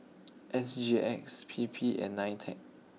S G X P P and Nitec